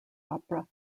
opera